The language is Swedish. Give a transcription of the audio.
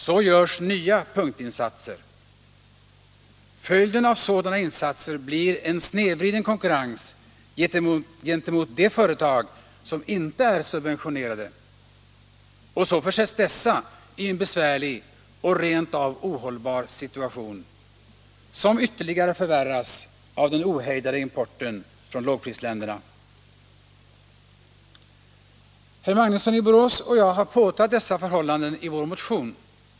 Så görs nya punktinsatser. Följden av sådana insatser blir en snedvriden konkurrens gentemot de företag som inte är subventionerade — och så försätts dessa i en besvärlig och rent av ohållbar situation, som ytterligare förvärras av den ohejdade importen från lågprisländerna. Herr Magnusson i Borås och jag har påtalat dessa förhållanden i vår motion.